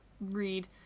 read